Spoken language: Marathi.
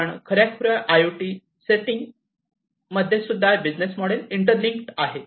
पण खऱ्याखुऱ्या I I O T setting मध्ये सुद्धा हे बिजनेस मॉडेल इंटरलींकड आहेत